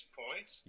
points